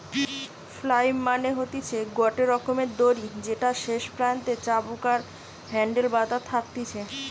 flail মানে হতিছে গটে রকমের দড়ি যেটার শেষ প্রান্তে চাবুক আর হ্যান্ডেল বাধা থাকতিছে